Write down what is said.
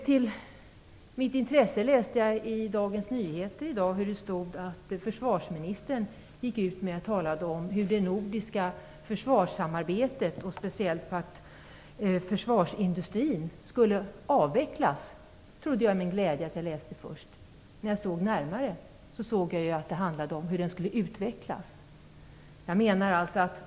Till mitt intresse läste jag i Dagens Nyheter i dag att försvarsministern tog upp hur det nordiska försvarssamarbetet och speciellt försvarsindustrin skulle avvecklas - åtminstone trodde jag det först till min glädje. Men när jag såg närmare efter såg jag att artikeln handlade om hur den skulle utvecklas.